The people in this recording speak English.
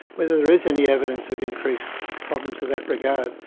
whether there is any evidence of increased problems of that regard.